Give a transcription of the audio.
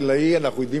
אנחנו ידידים שנים,